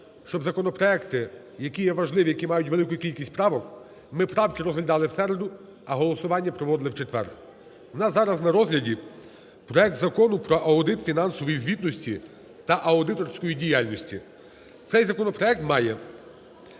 щоб законопроекти, які є важливі, які мають велику кількість правок, ми правки розглядали в середу, а голосування проводили в четвер. У нас зараз на розгляді проект Закону про аудит фінансової звітності та аудиторську діяльність. Цей законопроект має